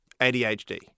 ADHD